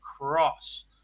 Cross